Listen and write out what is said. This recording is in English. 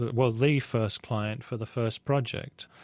well the first client for the first project.